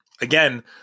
again